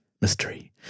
Mystery